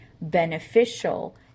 beneficial